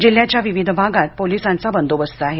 जिल्ह्याच्या विविध भागात पोलिसांचा बंदोबस्त आहे